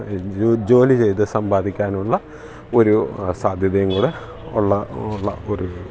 ജോലി ചെയ്തു സമ്പാദിക്കാനുള്ള ഒരു സാധ്യതയും കൂടെ ഉള്ള ഉള്ള ഒരു